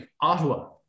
ottawa